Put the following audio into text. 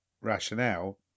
rationale